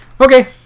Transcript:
okay